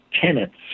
tenants